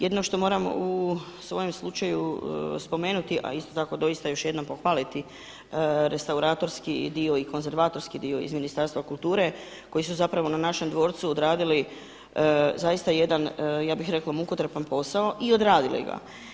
Jedino što moram u svojem slučaju spomenuti a isto tako doista još jednom pohvaliti restauratorski dio i konzervatorski dio iz Ministarstva kulture koji su zapravo na našem dvorcu odradili zaista jedan, ja bih rekao mukotrpan posao i odradili ga.